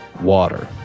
water